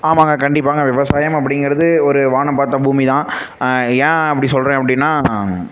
ஆமாங்க கண்டிப்பாங்க விவசாயம் அப்படிங்கிறது ஒரு வானம் பார்த்த பூமி தான் ஏன் அப்படி சொல்கிறேன் அப்படின்னா